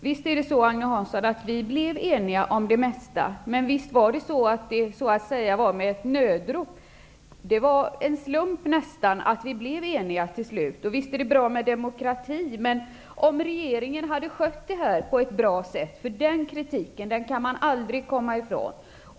Herr talman! Jo, visst blev vi eniga om det mesta, Agne Hansson, men visst var det så att säga med ett nödrop. Det var nästan en slump att vi till slut blev eniga. Visst är det bra med demokrati, men kritiken mot regeringen kan man aldrig komma ifrån.